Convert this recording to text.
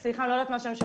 אני לא יודעת מה השם,